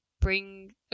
bring